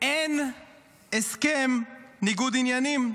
אין הסכם ניגוד עניינים.